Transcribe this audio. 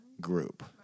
group